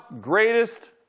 greatest